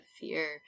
fear